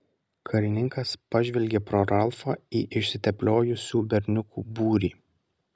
karininkas pažvelgė pro ralfą į išsitepliojusių berniukų būrį